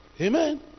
Amen